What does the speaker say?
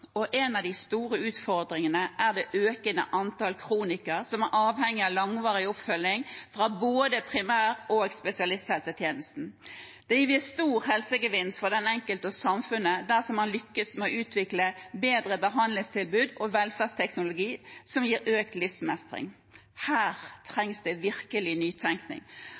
og en av de store utfordringene er det økende antall kronikere som er avhengige av langvarig oppfølging fra både primær- og spesialisthelsetjenesten. Det vil gi stor helsegevinst for den enkelte og for samfunnet dersom man lykkes med å utvikle bedre behandlingstilbud og en velferdsteknologi som gir økt livsmestring. Her trengs det virkelig nytenkning.